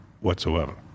whatsoever